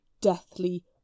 deathly